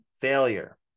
failure